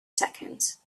seconds